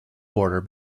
border